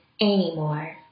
anymore